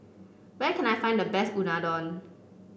where can I find the best Unadon